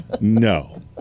No